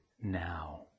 now